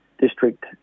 District